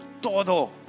todo